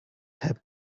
heb